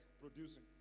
producing